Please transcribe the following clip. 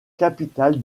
capitale